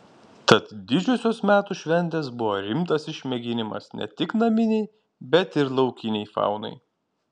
tad didžiosios metų šventės buvo rimtas išmėginimas ne tik naminei bet ir laukinei faunai